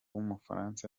w’umufaransa